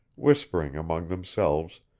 whispering among themselves,